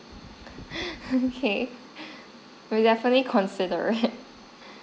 okay we'll definitely consider it